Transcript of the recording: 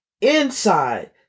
inside